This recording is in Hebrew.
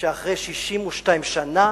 שאחרי 62 שנה